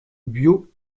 biot